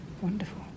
Wonderful